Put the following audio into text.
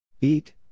Eat